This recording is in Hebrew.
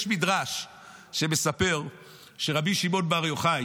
יש מדרש שמספר שרבי שמעון בר יוחאי